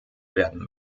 werden